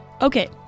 Okay